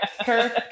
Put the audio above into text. kirk